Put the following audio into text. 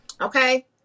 okay